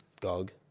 Gog